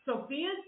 Sophia